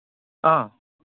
অঁ